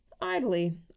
Idly